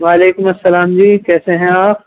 وعلیکم السلام جی کیسے ہیں آپ